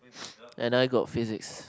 and I got physics